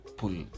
pull